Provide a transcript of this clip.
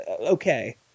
okay